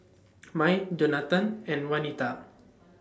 Mai Jonatan and Wanita